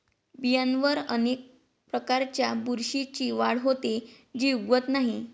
बियांवर अनेक प्रकारच्या बुरशीची वाढ होते, जी उगवत नाही